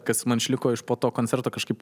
kas man išliko iš po to koncerto kažkaip